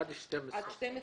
עד 12,